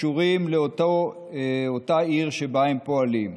הקשורים לאותה עיר שבה הם פועלים.